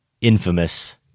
infamous